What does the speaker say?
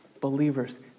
Believers